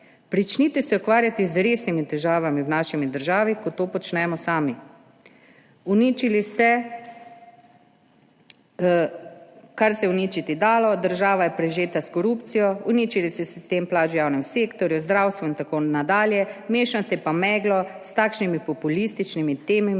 Začnite se ukvarjati z resnimi težavami v naši državi, kot to počnemo sami. Uničili ste, kar se je uničiti dalo, država je prežeta s korupcijo, uničili ste sistem plač v javnem sektorju, v zdravstvu in tako dalje, mešate pa meglo s takšnimi populističnimi temami